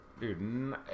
dude